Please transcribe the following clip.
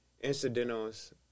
incidentals